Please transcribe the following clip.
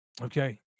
okay